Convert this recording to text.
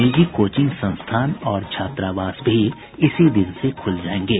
निजी कोचिंग संस्थान और छात्रावास भी इसी दिन से खुल जायेंगे